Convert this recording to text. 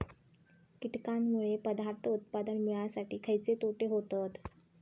कीटकांनमुळे पदार्थ उत्पादन मिळासाठी खयचे तोटे होतत?